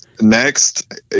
next